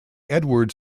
edwards